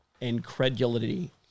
Incredulity